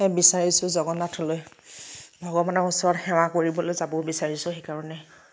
বিচাৰিছোঁ জগন্নাথলৈ ভগৱানৰ ওচৰত সেৱা কৰিবলৈ যাব বিচাৰিছোঁ সেইকাৰণে